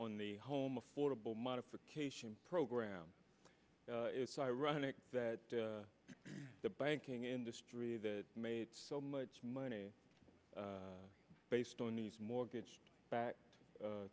on the home affordable modification program it's ironic that the banking industry that made so much money based on these mortgage back